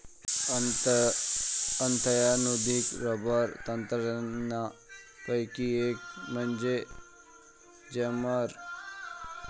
अत्याधुनिक रबर तंत्रज्ञानापैकी एक म्हणजे जेमर